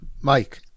Mike